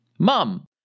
mom